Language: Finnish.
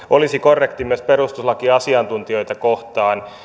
olisi korrekti myös perustuslakiasiantuntijoita kohtaan